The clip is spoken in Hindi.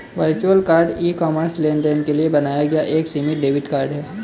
वर्चुअल कार्ड ई कॉमर्स लेनदेन के लिए बनाया गया एक सीमित डेबिट कार्ड है